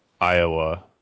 Iowa